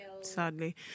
Sadly